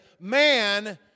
man